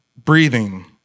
Breathing